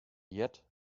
yet